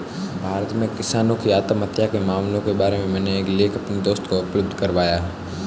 भारत में किसानों की आत्महत्या के मामलों के बारे में मैंने एक लेख अपने दोस्त को उपलब्ध करवाया